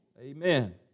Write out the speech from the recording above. Amen